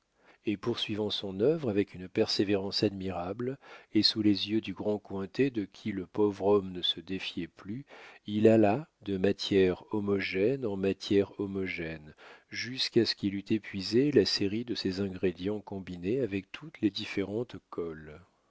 et poursuivant son œuvre avec une persévérance admirable et sous les yeux du grand cointet de qui le pauvre homme ne se défiait plus il alla de matière homogène en matière homogène jusqu'à ce qu'il eût épuisé la série de ses ingrédients combinés avec toutes les différentes colles